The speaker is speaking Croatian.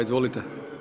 Izvolite.